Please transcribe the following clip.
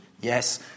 Yes